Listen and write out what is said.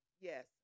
Yes